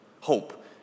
hope